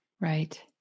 Right